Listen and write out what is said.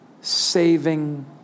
saving